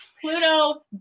Pluto